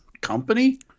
company